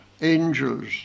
angels